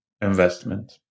investment